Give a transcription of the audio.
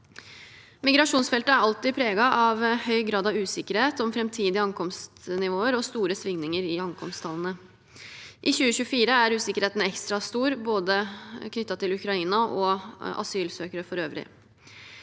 Migrasjonsfeltet er alltid preget av høy grad av usikkerhet om framtidige ankomstnivåer og store svingninger i ankomsttallene. I 2024 er usikkerheten ekstra stor, både knyttet til Ukraina og knyttet til asylsøkere for øvrig.